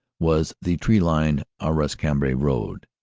was the tree-lined arras cambrai road.